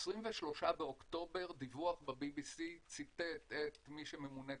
ב-23 באוקטובר דיווח ב-BBC ציטט את מי שממונית